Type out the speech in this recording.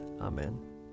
Amen